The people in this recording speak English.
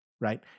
right